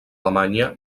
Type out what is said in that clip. alemanya